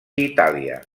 itàlia